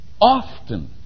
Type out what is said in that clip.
often